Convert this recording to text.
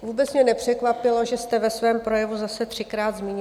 Vůbec mě nepřekvapilo, že jste ve svém projevu zase třikrát zmínil Babiše.